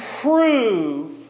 prove